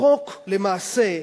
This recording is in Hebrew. החוק הוא למעשה,